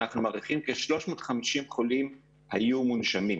אנחנו מעריכים כ-350 חולים היו מונשמים.